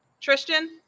Tristan